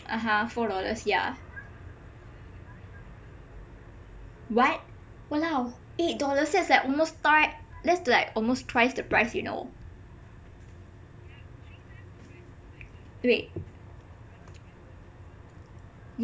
(uh huh) four dollars yah [what] !walao! eight dollars that's like almost thri~ that's like almost twice the price you know wait